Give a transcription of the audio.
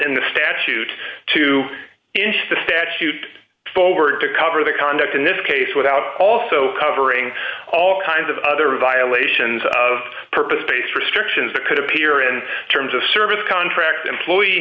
in the statute to interest the statute forward to cover the conduct in this case without also covering all kinds of other violations of purpose based restrictions that could appear in terms of service contract employee